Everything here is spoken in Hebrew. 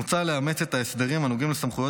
מוצע לאמץ את ההסדרים הנוגעים לסמכויות